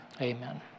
Amen